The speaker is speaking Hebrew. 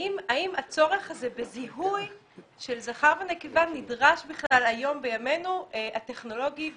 האם הצורך הזה בזיהוי של זכר ונקבה נדרש בכלל בימנו הטכנולוגי.